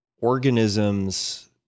organisms